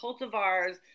cultivars